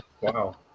Wow